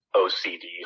ocd